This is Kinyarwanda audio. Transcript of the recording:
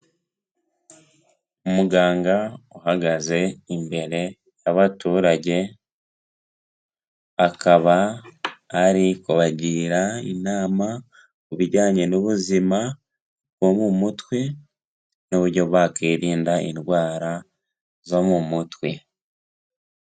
Umuganga uhagaze imbere y'abaturage, akaba ari kubagira inama ku bijyanye n'ubuzima bwo mu mutwe n'uburyo bakwikirinda indwara zo mu mutwe.